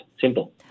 Simple